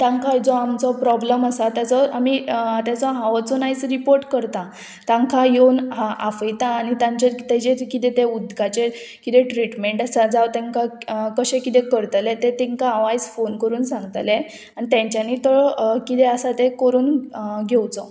तांकां जो आमचो प्रोब्लम आसा तेजो आमी तेजो हांव वचून आयज रिपोर्ट करता तांकां येवन आपयता आनी तांचेर तेजेर कितें ते उदकाचेर कितें ट्रिटमेंट आसा जावं तेंकां कशें किदें करतलें तें तेंकां हांव आयज फोन करून सांगतलें आनी तेंच्यांनी तो किदें आसा तें करून घेवचो